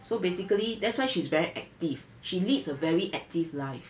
so basically that's why she's very active she needs a very active life